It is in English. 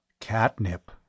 Catnip